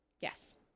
Yes